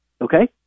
Okay